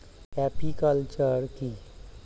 Apiculture কি?